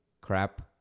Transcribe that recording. crap